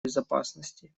безопасности